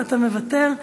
אתה מוותר,